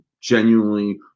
genuinely